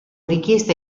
richiesta